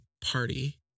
party